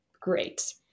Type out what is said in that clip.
great